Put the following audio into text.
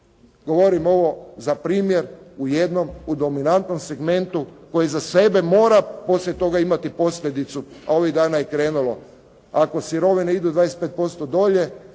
Govorim ovo za primjer u jednom, u dominantnom segmentu koji za sebe mora poslije toga imati posljedicu, a ovih dana je krenulo. Ako sirovine idu 25% dolje,